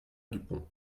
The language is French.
dupont